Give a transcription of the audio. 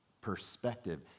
perspective